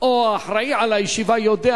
או האחראי לישיבה יודע,